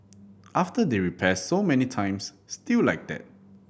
after they repair so many times still like that